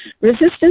Resistance